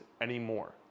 anymore